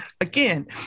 again